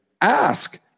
Ask